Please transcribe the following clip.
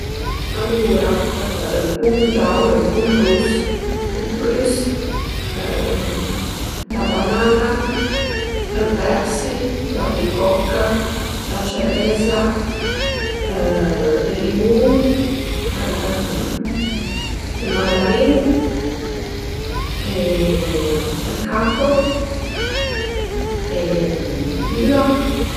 Alura ël pum giaun, ël pum rus, ël prüs la banana, ël persi, l'albicoccal la cereza ël limun ël mandarin, ël caco e l'üa